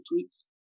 tweets